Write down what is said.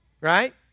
right